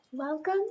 Welcome